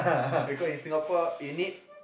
because in Singapore you need